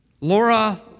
Laura